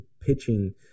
pitching